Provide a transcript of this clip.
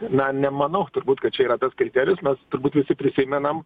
na nemanau turbūt kad čia yra tas kriterijus mes turbūt visi prisimenam